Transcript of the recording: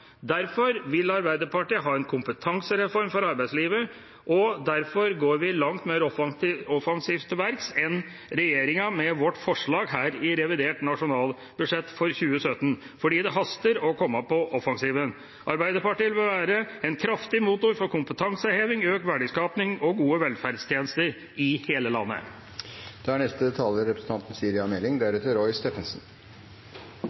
Derfor vil Arbeiderpartiet ha en kompetansereform for arbeidslivet, og derfor går vi langt mer offensivt til verks enn regjeringa med vårt forslag her i revidert nasjonalbudsjett for 2017 – for det haster å komme på offensiven. Arbeiderpartiet vil være en kraftig motor for kompetanseheving, økt verdiskaping og gode velferdstjenester i hele landet.